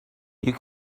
you